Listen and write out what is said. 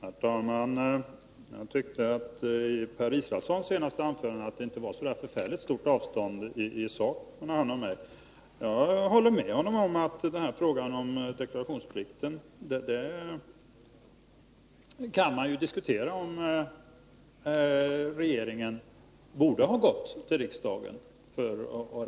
Herr talman! Jag tyckte att Per Israelssons senaste anförande visade att det inte var ett så förfärligt stort avstånd i sak mellan honom och mig. Jag håller med honom om att när det gäller frågan om deklarationsplikten kan man diskutera om regeringen borde ha rapporterat till riksdagen.